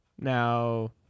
Now